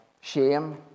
shame